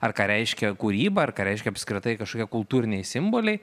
ar ką reiškia kūryba ar ką reiškia apskritai kažkokie kultūriniai simboliai